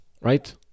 right